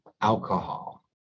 alcohol